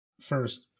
first